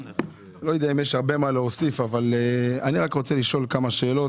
לא יודע אם יש הרבה מה להוסיף אבל אני רוצה לשאול כמה שאלות.